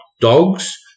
dogs